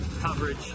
coverage